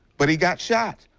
but he got shot.